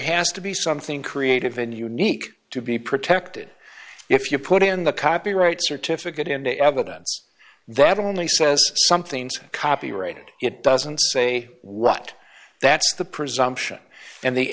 has to be something creative and unique to be protected if you put in the copyright certificate into evidence that only says something's copyrighted it doesn't say what that's the presumption and the